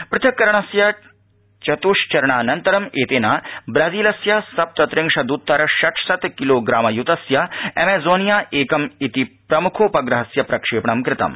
पृथक्करणस्य चतुश्चरणानन्तरं एतेन ब्राजीलस्य सप्तत्रिंशदुत्तरषट्शत किलोग्रामयुतस्य एमेजोनिया एकम् इति प्रमुखोपग्रहस्य प्रक्षेपणं कृतम्